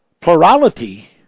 plurality